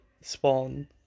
spawn